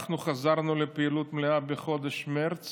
אנחנו חזרנו לפעילות מלאה בחודש מרץ